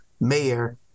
mayor